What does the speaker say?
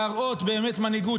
להראות באמת מנהיגות,